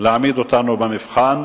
להעמיד אותנו במבחן.